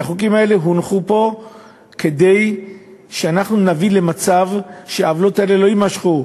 והחוקים האלה הונחו פה כדי שאנחנו נביא למצב שהעוולות האלה לא יימשכו,